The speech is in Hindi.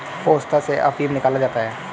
पोस्ता से अफीम निकाला जाता है